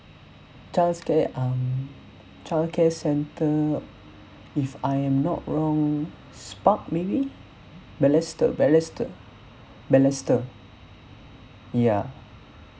child care um child care centre if I am not wrong spark maybe balesteir balesteir balesteir ya